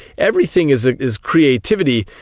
everything is ah is creativity.